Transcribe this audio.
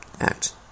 act